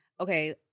okay